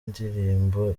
ndirimbo